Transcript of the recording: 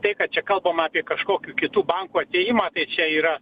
tai kad čia kalbama apie kažkokių kitų bankų atėjimą čia yra